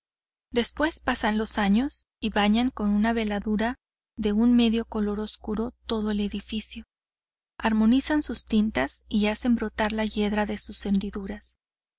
después pasan los años y bañan con una veladura de un medio color oscuro todo el edificio armonizan sus tintas y hacen brotar la hiedra en sus hendiduras las